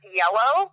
yellow